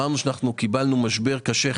קיבלנו משבר קשה.